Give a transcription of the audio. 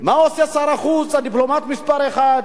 מה עושה שר החוץ, הדיפלומט מספר אחת?